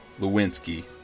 Lewinsky